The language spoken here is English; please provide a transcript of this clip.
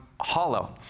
hollow